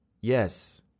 Yes